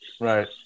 Right